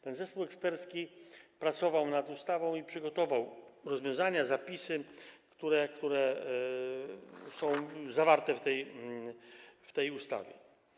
Ten zespół ekspercki pracował nad ustawą i przygotował rozwiązania, zapisy, które są zawarte w tej ustawie.